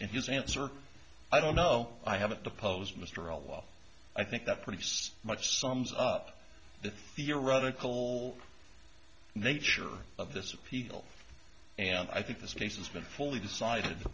and his answer i don't know i haven't deposed mr a law i think that pretty so much sums up the theoretical nature of this appeal and i think this case has been fully decided